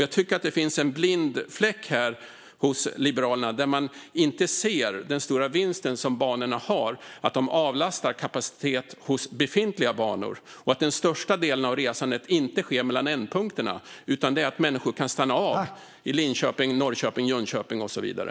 Jag tycker att det finns en blind fläck hos Liberalerna när man inte ser den stora vinsten med banorna, nämligen att de avlastar kapacitet från befintliga banor, och att den största delen av resandet inte sker mellan ändpunkterna utan att människor kan kliva av i Linköping, Norrköping, Jönköping och så vidare.